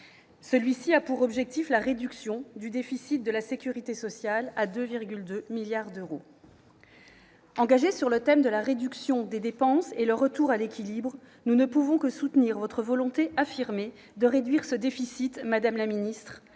Il a pour objectif la réduction du déficit de la sécurité sociale à 2,2 milliards d'euros. Madame la ministre, engagés sur le thème de la réduction des dépenses et le retour à l'équilibre, nous ne pouvons que soutenir votre volonté affirmée de réduire ce déficit, à l'impérieuse